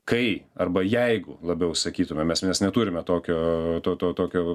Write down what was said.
kai arba jeigu labiau sakytume nes mes neturime tokio to to tokio